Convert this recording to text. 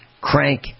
crank